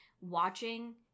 watching